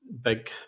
big